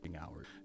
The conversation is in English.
hours